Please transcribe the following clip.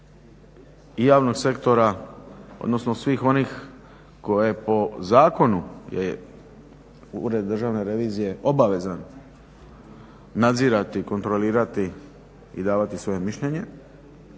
i javnog sektora, odnosno svih onih koje po zakonu je Ured državne revizije obavezan nadzirati, kontrolirati i davati svoje mišljenje.